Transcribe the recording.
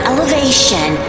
Elevation